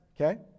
okay